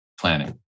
planning